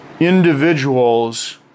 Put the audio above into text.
individuals